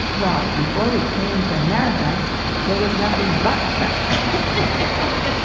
well, before we came to america there was nothing but fresh turmeric in vietnam!